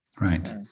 right